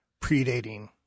predating—